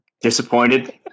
disappointed